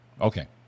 Okay